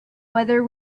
whether